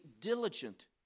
diligent